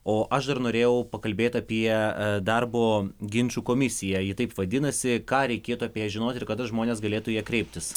o aš dar norėjau pakalbėt apie darbo ginčų komisiją ji taip vadinasi ką reikėtų apie ją žinoti ir kada žmonės galėtų į ją kreiptis